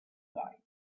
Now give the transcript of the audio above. guy